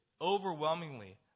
overwhelmingly